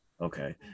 Okay